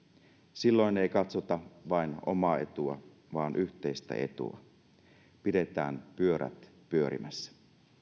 silloin ei katsota vain omaa etua vaan yhteistä etua pidetään pyörät pyörimässä